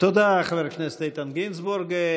תודה, חבר הכנסת איתן גינזבורג.